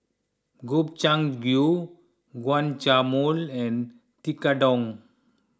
Gobchang Gui Guacamole and Tekkadon